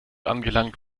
angelangt